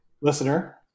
Listener